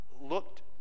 looked